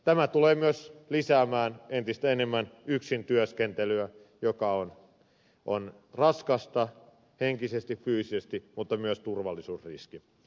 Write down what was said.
tämä tulee myös lisäämään entistä enemmän yksintyöskentelyä joka on raskasta henkisesti ja fyysisesti mutta myös turvallisuusriski